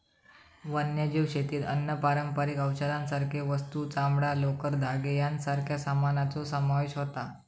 वन्यजीव शेतीत अन्न, पारंपारिक औषधांसारखे वस्तू, चामडां, लोकर, धागे यांच्यासारख्या सामानाचो समावेश होता